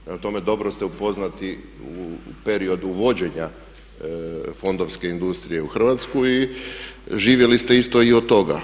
Prema tome dobro ste upoznati u periodu vođenja fondovske industriju u Hrvatsku i živjeli ste isto od toga.